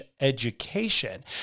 education